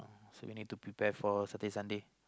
so we need to prepare for Saturday Sunday